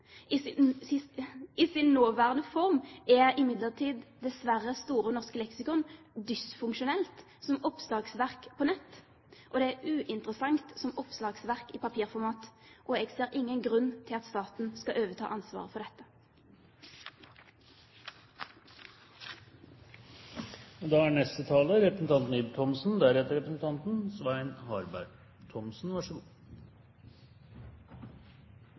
I sin nåværende form er imidlertid dessverre Store norske leksikon dysfunksjonelt som oppslagsverk på nett, og det er uinteressant som oppslagsverk i papirformat. Jeg ser ingen grunn til at staten skal overta ansvaret for dette. Jeg ser at det er kaldt i salen i dag – mange bruker skjerf. Jeg vil kanskje anbefale presidenten å skru opp varmen. Så